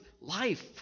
life